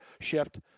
shift